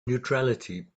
neutrality